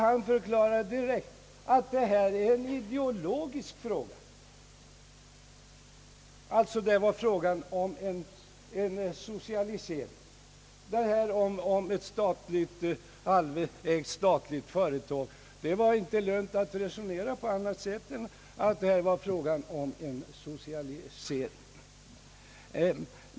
Han förklarade direkt att detta var en ideologisk fråga; det gällde en socialisering, ett statligt eller halvstatligt företag — det var inte lönt att resonera på annat sätt.